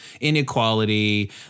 inequality